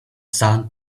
sun